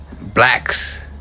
Blacks